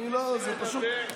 מי שמדבר.